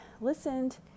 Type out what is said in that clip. listened